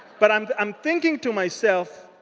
but i'm i'm thinking to myself.